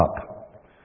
up